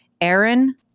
Aaron